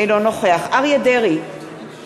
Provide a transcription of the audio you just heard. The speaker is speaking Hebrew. אינו נוכח אריה דרעי,